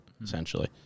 essentially